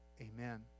Amen